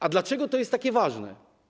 A dlaczego to jest takie ważne?